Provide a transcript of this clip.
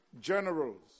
generals